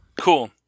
Cool